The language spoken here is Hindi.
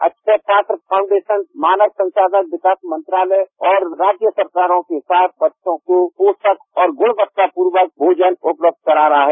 अक्षय पात्र फाउंडेशन मानव संसाधन विकास मंत्रालय और राज्य सरकारों के साथ बच्चों को पोषक और गुणवत्तापूर्ण भोजन उपलब्ध करा रहा है